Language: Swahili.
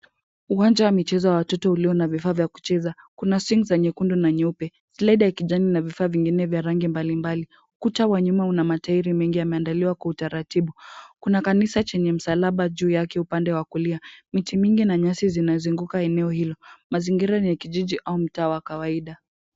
Uwanja wa michezo wa watoto ulio na vifaa vya kucheza. Kuna swing za nyekundu na nyeupe, slide ya kijani na vifaa vingine vya rangi mbalimbali. Ukuta wa nyuma una matairi mengi yameandaliwa kwa utaratibu. Kuna kanisa chenye msalaba juu yake upande wa kulia. Miti mingi na nyasi zimezunguka eneo hilo. Mazingira ni ya kijiji au mtaa wa kawaida.